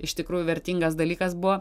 iš tikrųjų vertingas dalykas buvo